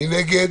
מי נגד?